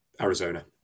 Arizona